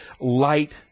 Light